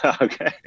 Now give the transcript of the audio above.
Okay